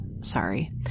Sorry